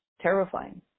terrifying